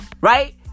right